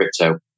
crypto